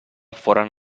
foren